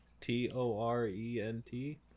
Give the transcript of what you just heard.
T-O-R-E-N-T